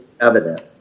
evidence